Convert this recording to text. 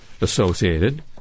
associated